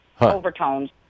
overtones